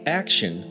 action